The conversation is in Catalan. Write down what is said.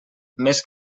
més